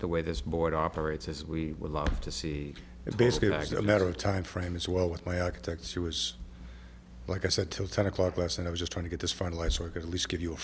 the way this board operates as we would love to see it basically like a matter of time frame as well with my architect she was like i said till ten o'clock last and i was just trying to get this finally sort of at least give you a